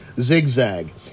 zigzag